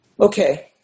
Okay